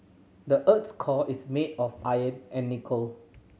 the earth's core is made of iron and nickel